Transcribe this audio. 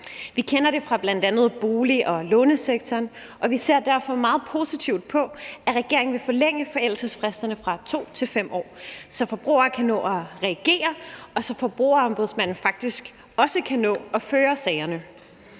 Vi kender det fra bl.a. bolig- og lånesektoren, og vi ser derfor meget positivt på, at regeringen vil forlænge forældelsesfristerne fra 2 til 5 år, så forbrugere kan nå at reagere, og så Forbrugerombudsmanden faktisk også kan nå at føre sagerne.